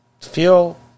feel